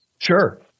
Sure